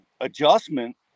adjustment